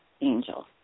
angel